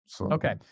Okay